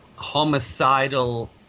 homicidal